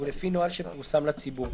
ולפי נוהל שפורסם לציבור,